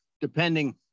depending